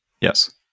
Yes